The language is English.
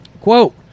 Quote